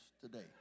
today